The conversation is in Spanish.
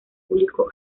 público